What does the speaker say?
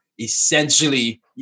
essentially